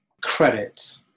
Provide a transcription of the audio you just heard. credit